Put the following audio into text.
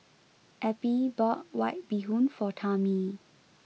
Eppie bought white bee hoon for Tami